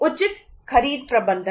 उचित खरीद प्रबंधन